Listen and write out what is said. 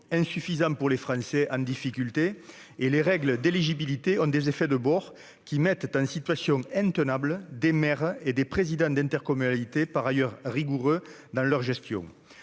insuffisants pour les Français en difficulté, tandis que les règles d'éligibilité ont des effets de bord qui mettent en situation intenable des maires et des présidents d'intercommunalités, par ailleurs rigoureux dans leur gestion.